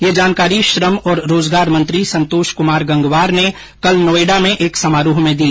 यह जानकारी श्रम और रोजगार मंत्री संतोषकुमार गंगवार ने कल नोएडा में एक समारोह में दी